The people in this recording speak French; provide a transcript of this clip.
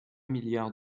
milliards